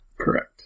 Correct